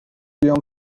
بیام